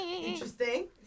Interesting